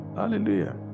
hallelujah